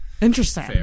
interesting